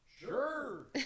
Sure